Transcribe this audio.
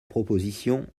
proposition